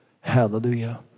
Hallelujah